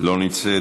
לא נמצאת.